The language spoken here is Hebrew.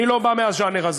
אני לא בא מהז'אנר הזה.